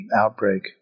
outbreak